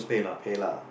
pay lah